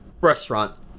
restaurant